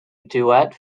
duet